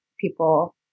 people